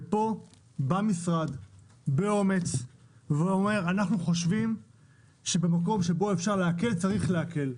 פה בא המשרד באומץ ואומר: אנחנו חושבים שבמקום שבו אפשר להקל צריך להקל.